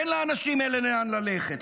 אין לאנשים האלה לאן ללכת,